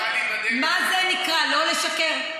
מה זה נקרא, לא לשקר?